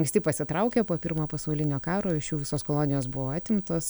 anksti pasitraukė po pirmo pasaulinio karo iš jų visos kolonijos buvo atimtos